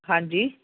ਹਾਂਜੀ